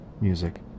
music